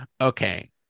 Okay